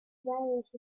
various